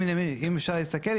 אם אפשר להסתכל,